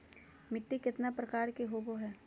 मिट्टी केतना प्रकार के होबो हाय?